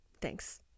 Thanks